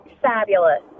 fabulous